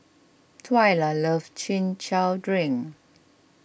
Twyla loves Chin Chow Drink